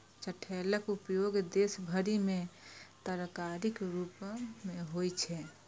चठैलक उपयोग देश भरि मे तरकारीक रूप मे होइ छै